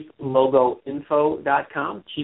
CheapLogoInfo.com